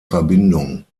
verbindung